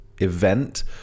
event